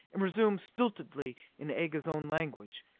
and resumed stiltedly in aga's own language.